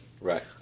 Right